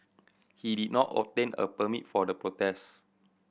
he did not obtain a permit for the protest